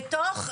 בתוך,